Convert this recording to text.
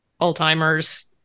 Alzheimer's